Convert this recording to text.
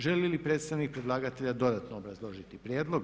Želi li predstavnik predlagatelja dodatno obrazložiti prijedlog?